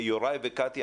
יוראי וקטי,